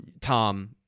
Tom